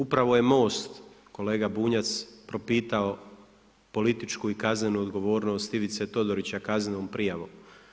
Upravo je Most, kolega Bunjac, propisao političku i kaznenu odgovornost Ivice Todorića, kaznenom prijavom.